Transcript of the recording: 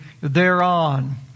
thereon